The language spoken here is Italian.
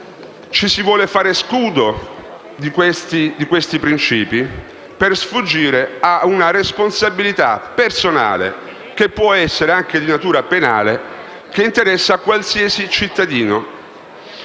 ci si vuole fare scudo di quei principi per sfuggire a una responsabilità personale, che può essere anche di natura penale, che interessa qualsiasi cittadino.